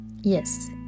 yes